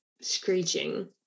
screeching